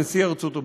נשיא ארצות הברית.